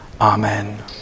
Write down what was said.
Amen